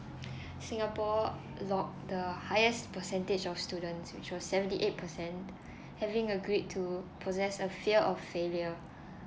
singapore logged the highest percentage of students which was seventy eight percent having agreed to possess a fear of failure